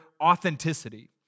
authenticity